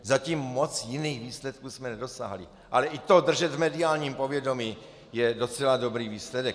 Zatím moc jiných výsledků jsme nedosáhli, ale i to držet v mediálním povědomí je docela dobrý výsledek.